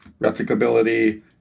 replicability